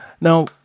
Now